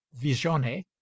visione